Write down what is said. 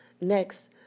Next